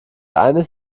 eines